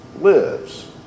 lives